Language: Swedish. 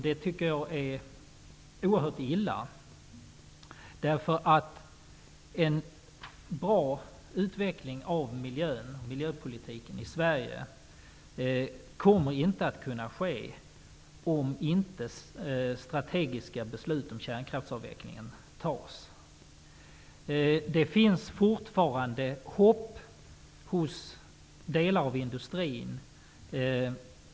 Det tycker jag är oerhört illa. En bra utveckling av miljöpolitiken i Sverige kommer inte att kunna ske om inte strategiska beslut om kärnkraftsavvecklingen tas. Det finns fortfarande hopp hos delar av industrin.